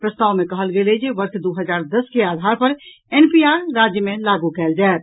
प्रस्ताव मे कहल गेल अछि जे वर्ष दू हजार दस के आधार पर एनपीआर राज्य मे लागू कयल जायत